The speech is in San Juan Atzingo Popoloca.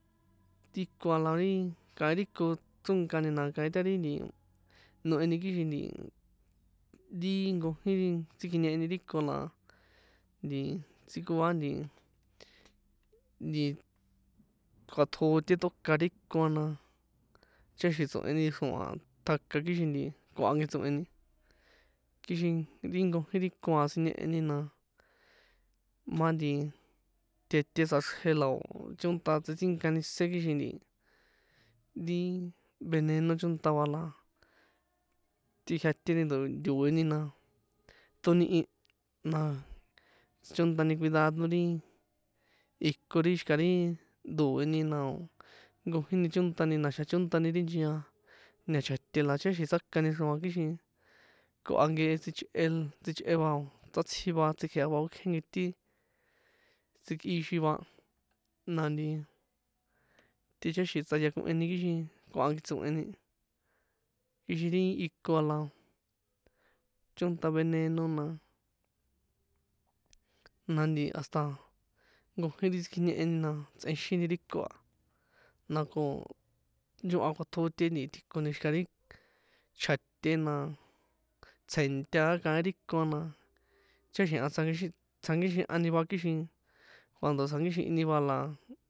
Ti ko a la ri kaín ri kon chrókani na kaín tari nti noheni kixin nti ri nkojín ri tsikjiñeheni ri ko na nti ntsikoa nti nti kuatjote tóka ri ko a na ticháxi̱n tso̱heni xro̱a̱ tjaka, kixin nti koha ke tso̱heni kixin ri nkojín ri ko a siñeheni na, ma nti tjete tsꞌaxrje la o̱ chónta tsitsínkani sé kixin nti ti veneno chónta va, la tikjiate ri ndo̱ ntoeni, na tonihi na chontani cuidado ri iko ri xika ri ndo̱eni na, o̱ nkojíni chóntani na̱xa̱ chóntani ri nchia ntachja̱te la ticháxi̱n tsjakani xro̱a̱n kixin koha nkehe sichꞌe, sichꞌe va o̱ sátsji va tsikjea va okje nketin tsikꞌixin va, na nti ticháxi̱n tsꞌayakoheni kixin koha nke tso̱he̱ni kixin ri iko a la chónṭa veneno na na nti hasta nkojín ri tsikjiñeheni na tsꞌenxini ri ko a, nako nchoha kuatjote nti tjikoni, xika ri chjate na, tsje̱nta a kaín ri ko a na, tichaxiha tsjankixi, tsjakixehani va kixin cuando tsjankixihini va la.